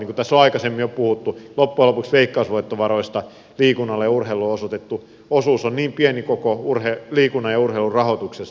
niin kuin tässä on jo aikaisemmin puhuttu loppujen lopuksi veikkausvoittovaroista liikunnalle ja urheilulle osoitettu osuus on niin pieni koko liikunnan ja urheilun rahoituksesta